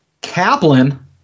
Kaplan